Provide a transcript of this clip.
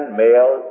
male